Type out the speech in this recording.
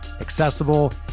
accessible